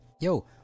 yo